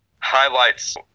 highlights